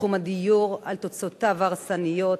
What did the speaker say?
בתחום הדיור על תוצאותיו ההרסניות,